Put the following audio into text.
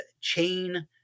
chain